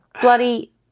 Bloody